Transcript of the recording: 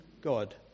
god